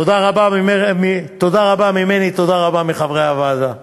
תודה רבה ממני, תודה רבה מחברי הוועדה.